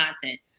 content